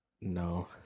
No